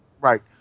Right